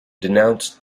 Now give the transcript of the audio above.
denounced